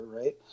Right